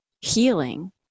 healing